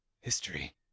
history